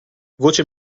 voce